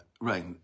Right